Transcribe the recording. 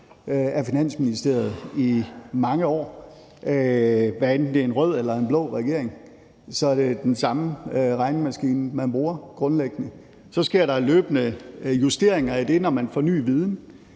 af Finansministeriet i mange år. Hvad enten det er en rød eller en blå regering, er det den samme regnemaskine, man bruger – grundlæggende. Så sker der løbende justeringer i det, når man får ny viden,